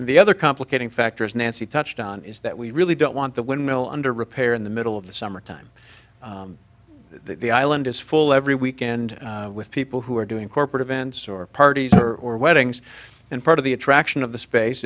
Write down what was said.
the other complicating factors nancy touched on is that we really don't want the windmill under repair in the middle of the summertime the island is full every weekend with people who are doing corporate events or parties or or weddings and part of the attraction of the space